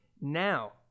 Now